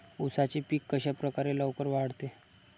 उसाचे पीक कशाप्रकारे लवकर वाढते?